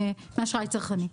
מאשראי צרכני.